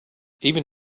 even